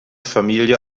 familie